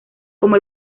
como